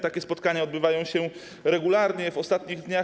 Takie spotkania odbywają się regularnie w ostatnich dniach.